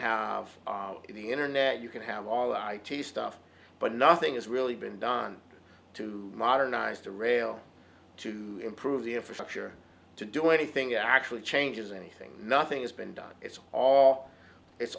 have the internet you can have all i t stuff but nothing has really been done to modernize to rail to improve the infrastructure to do anything actually changes anything nothing has been done it's all it's